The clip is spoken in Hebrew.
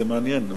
זה מעניין.